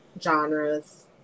genres